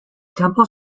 temple